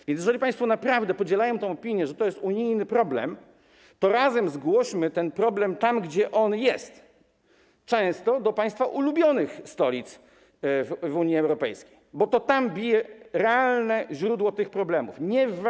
A więc jeżeli państwo naprawdę podzielają tę opinię, że to jest unijny problem, to razem zgłośmy ten problem tam, gdzie on występuje, często do państwa ulubionych stolic w Unii Europejskiej, bo to tam bije realne źródło tych problemów, nie w Warszawie.